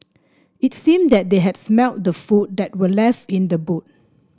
it seemed that they had smelt the food that were left in the boot